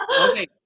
okay